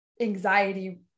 anxiety